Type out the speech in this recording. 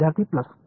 विद्यार्थी प्लस